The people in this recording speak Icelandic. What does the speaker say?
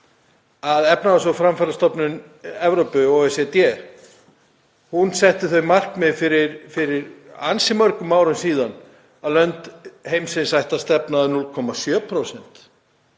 að Efnahags- og framfarastofnun Evrópu, OECD, setti það markmið fyrir ansi mörgum árum síðan að lönd heimsins ættu að stefna að 0,7%.